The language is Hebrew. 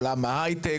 עולם הייטק,